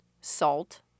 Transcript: salt